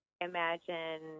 imagine